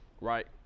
right